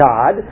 God